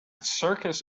circus